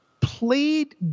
played